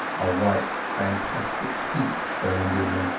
a white fanatic heat burned in them,